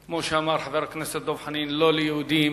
כמו שאמר חבר הכנסת דב חנין, לא ליהודים